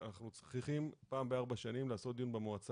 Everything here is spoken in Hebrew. אנחנו צריכים פעם בארבע שנים לעשות דיון במועצה